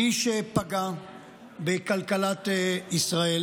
מי שפגע בכלכלת ישראל